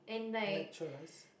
lecturers